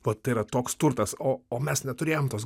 vat tai yra toks turtas o mes neturėjom tos